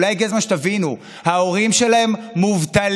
אולי הגיע הזמן שתבינו: ההורים שלהם מובטלים.